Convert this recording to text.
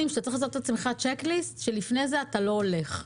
שאתה צריך לעשות לעצמך צ'ק ליסט שלפני זה אתה לא הולך.